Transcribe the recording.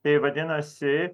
tai vadinasi